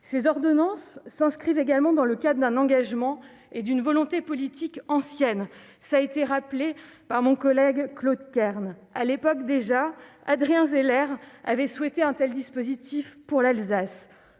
Ces ordonnances s'inscrivent également dans le cadre d'un engagement et d'une volonté politique ancienne, comme l'a rappelé notre collègue Claude Kern. Adrien Zeller avait déjà souhaité un tel dispositif pour l'Alsace.